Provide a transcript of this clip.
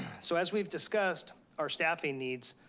so as we've discussed our staffing needs,